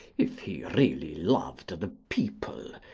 if he really loved the people,